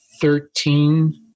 thirteen